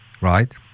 right